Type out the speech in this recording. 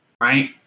right